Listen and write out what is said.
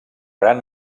gran